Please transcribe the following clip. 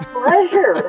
pleasure